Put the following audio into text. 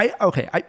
Okay